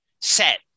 set